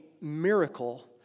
miracle